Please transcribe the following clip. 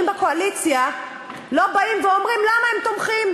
בקואליציה לא באים ואומרים למה הם תומכים.